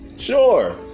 Sure